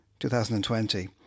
2020